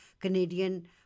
Canadian